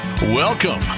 Welcome